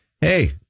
hey